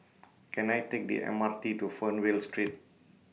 Can I Take The M R T to Fernvale Street